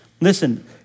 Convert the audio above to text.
Listen